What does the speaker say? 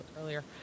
earlier